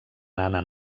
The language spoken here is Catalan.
nana